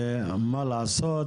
ומה לעשות,